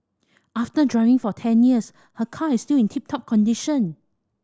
after driving for ten years her car is still in tip top condition